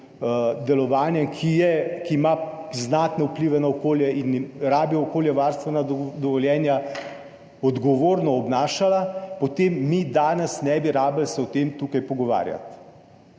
delovanjem, ki ima znatne vplive na okolje in rabi okoljevarstvena dovoljenja, odgovorno obnašala, potem se mi danes ne bi rabili o tem tukaj pogovarjati,